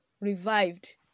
revived